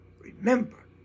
Remember